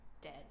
dead